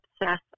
obsess